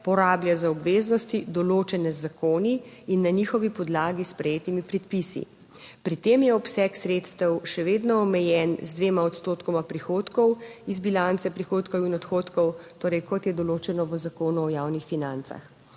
porablja za obveznosti določene z zakoni in na njihovi podlagi sprejetimi predpisi. Pri tem je obseg sredstev še vedno omejen z dvema odstotkoma prihodkov iz bilance prihodkov in odhodkov, torej kot je določeno v zakonu o javnih financah.